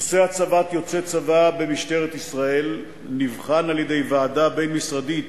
נושא הצבת יוצא צבא במשטרת ישראל נבחן על-ידי ועדה בין-משרדית